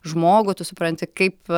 žmogų tu supranti kaip